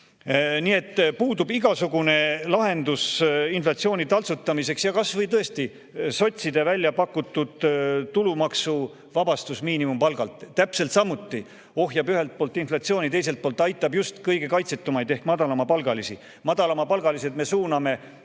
Nii et puudub igasugune lahendus inflatsiooni taltsutamiseks. Tõesti, kas või sotside väljapakutud tulumaksuvabastus miinimumpalgalt – see täpselt samuti ohjaks ühelt poolt inflatsiooni ja teiselt poolt aitaks just kõige kaitsetumaid ehk madalapalgalisi. Madalapalgalised me suuname